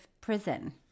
prison